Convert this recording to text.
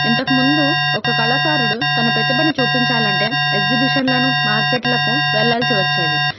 ఇంతకుముందు ఒక కళాకారుడు తన ప్రతిభని చూపించాలంటే ఎగ్జిబిషన్లను మార్కెట్లకు వెళ్ళాల్సి వచ్చేది